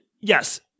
yes